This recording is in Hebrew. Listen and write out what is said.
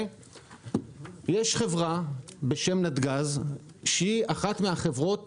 יש חברה בשם נתגז שהיא אחת החברות